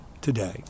today